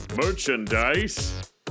Merchandise